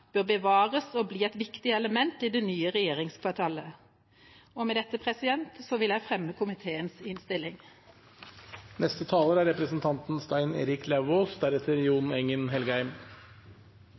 bør bevares og bli et viktig element i det nye regjeringskvartalet.» Med dette vil jeg anbefale komiteens innstilling.